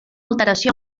alteració